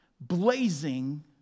blazing